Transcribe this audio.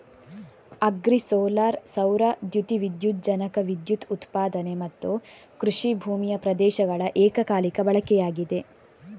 agri solar ಸೌರ ದ್ಯುತಿ ವಿದ್ಯುಜ್ಜನಕ ವಿದ್ಯುತ್ ಉತ್ಪಾದನೆ ಮತ್ತುಕೃಷಿ ಭೂಮಿಯ ಪ್ರದೇಶಗಳ ಏಕಕಾಲಿಕ ಬಳಕೆಯಾಗಿದೆ